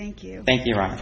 thank you thank you right